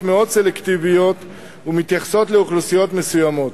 מאוד סלקטיביות ומתייחסות לאוכלוסיות מסוימות.